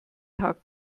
tag